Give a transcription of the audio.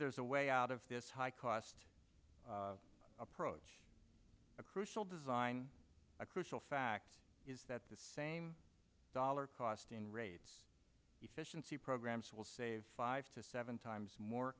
there's a way out of this high cost approach a crucial design a crucial fact is that the same dollar cost in rates efficiency programs will save five to seven times more